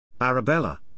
Arabella